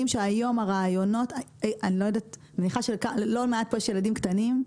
אני מניחה שללא מעט פה יש ילדים קטנים.